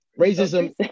racism